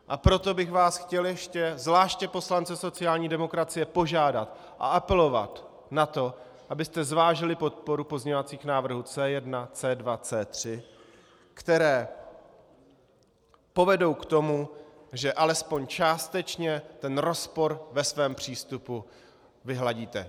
A proto bych vás chtěl ještě, zvláště poslance sociální demokracie, požádat a apelovat na to, abyste zvážili podporu pozměňovacích návrhů C1, C2, C3, které povedou k tomu, že alespoň částečně ten rozpor ve svém přístupu vyhladíte.